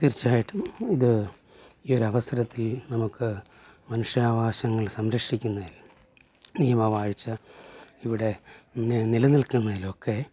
തീർച്ചയായിട്ടും ഇത് ഈ ഒരു അവസരത്തിൽ നമുക്ക് മുഷ്യവകാശങ്ങൾ സംരക്ഷിക്കുന്നതിൽ നിയമവാഴ്ച ഇവിടെ നിലനിൽക്കുന്നതിലൊക്കെ